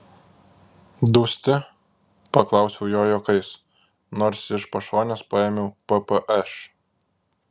dusti paklausiau jo juokais nors iš pašonės paėmiau ppš